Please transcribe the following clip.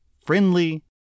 friendly